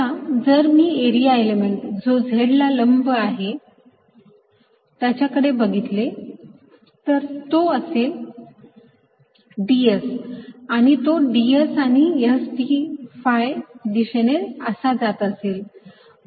आता जर मी एरिया एलिमेंट जो z ला लंब आहे त्याच्याकडे बघितले तर तो असेल ds आणि तो ds आणि S d phi दिशेने असा जात असेल